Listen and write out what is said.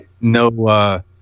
no